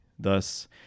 Thus